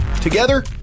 Together